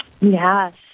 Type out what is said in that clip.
Yes